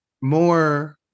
more